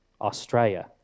Australia